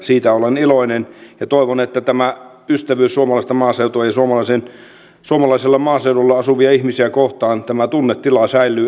siitä olen iloinen ja toivon että tämä ystävyys suomalaista maaseutua ja suomalaisella maaseudulla asuvia ihmisiä kohtaan tämä tunnetila säilyy eteenkin päin